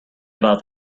about